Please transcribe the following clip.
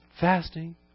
fasting